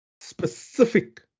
specific